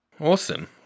Awesome